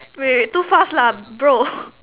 wait wait too fast lah bro